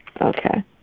Okay